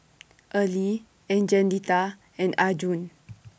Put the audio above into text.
Early Angelita and Arjun